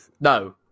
no